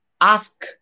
ask